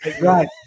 right